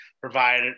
provide